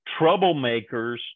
Troublemakers